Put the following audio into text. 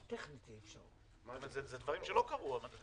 אלה דברים שלא קרו.